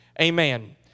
amen